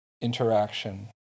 interaction